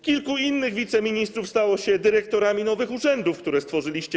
Kilku innych wiceministrów stało się dyrektorami nowych urzędów, które stworzyliście.